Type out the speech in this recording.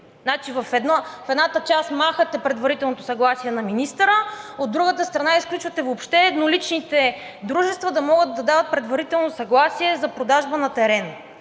в едната част махате предварителното съгласие на министъра. От друга страна, изключвате въобще едноличните дружества да могат да дават предварително съгласие за продажба на терен.